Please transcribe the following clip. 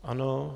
Ano.